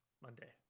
Monday